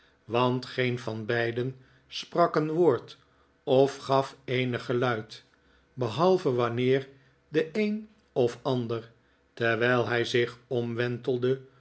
want geen van beiden sprak een woord of gaf eenig gehiid behalve wanneer de een of ander terwijl hij zich omwentelde om